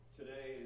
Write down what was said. Today